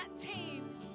team